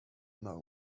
know